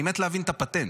אני מת להבין את הפטנט,